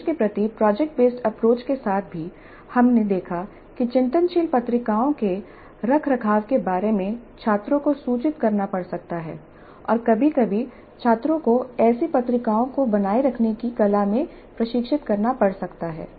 निर्देश के प्रति प्रोजेक्ट बेसड अप्रोच के साथ भी हमने देखा कि चिंतनशील पत्रिकाओं के रखरखाव के बारे में छात्रों को सूचित करना पड़ सकता है और कभी कभी छात्रों को ऐसी पत्रिकाओं को बनाए रखने की कला में प्रशिक्षित करना पड़ सकता है